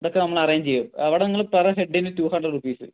ഇതൊക്കെ നമ്മൾ അറേഞ്ച് ചെയ്യും അവിടെ നിങ്ങൾ പേർ ഹെഡിന് ടു ഹൺഡ്രഡ് റുപ്പീസ്